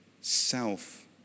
self